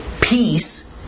peace